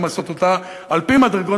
למסות אותה על-פי מדרגות,